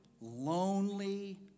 lonely